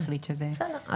בסדר,